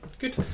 Good